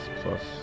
plus